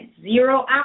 Zero